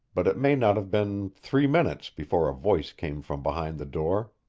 but it may not have been three minutes before a voice came from behind the door.